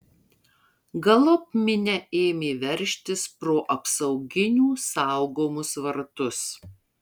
galop minia ėmė veržtis pro apsauginių saugomus vartus